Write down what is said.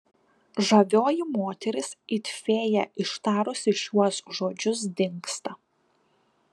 žavioji moteris it fėja ištarusi šiuos žodžius dingsta